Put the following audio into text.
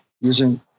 using